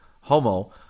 Homo